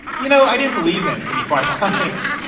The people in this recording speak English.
you know, i didn't believe him, to be quite honest.